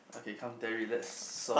okay come Terry let's solve